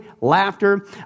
laughter